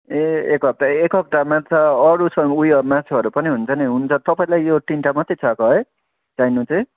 ए एक हप्ता एक हप्तामा त अरू छ उयो मासुहरू पनि हुन्छ नि हुन्छ तपाईँलाई यो तिनटा मात्रै चाहेको है चाहिनु चाहिँ